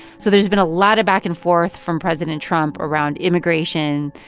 so there's been a lot of back-and-forth from president trump around immigration,